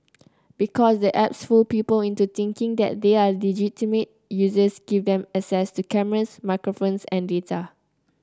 because the apps fool people into thinking they are legitimate users give them access to cameras microphones and data